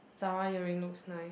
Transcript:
Zara earring looks nice